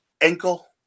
ankle